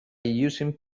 using